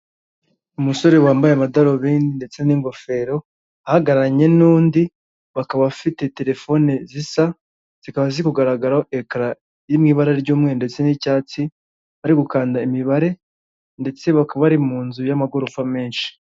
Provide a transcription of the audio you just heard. Umusore wambaye amadarubindi ndetse n'ingofero, ahagararanye n'undi, bakaba bafite telefoni zisa zikaba zirkugaragaraho ekara iri mu ibara ry'umweru ndetse n'icyatsi, bari gukanda imibare ndetse bakaba bari mu nzu y'amagorofa menshi.